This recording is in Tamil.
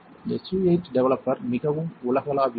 S U 8 டெவலப்பர் மிகவும் உலகளாவியது